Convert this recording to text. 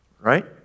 Right